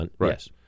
Yes